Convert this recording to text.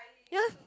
ya